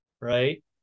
right